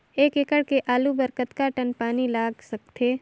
एक एकड़ के आलू बर कतका टन पानी लाग सकथे?